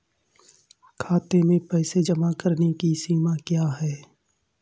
खाते में पैसे जमा करने की सीमा क्या है?